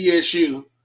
TSU